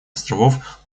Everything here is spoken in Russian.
островов